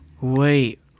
wait